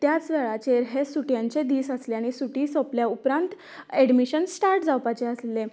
त्याच वेळाचेर हे सुटयांचे दीस आसले आनी सुटी सोंपल्या उपरांत एडमिशन स्टार्ट जावपाचें आसले सो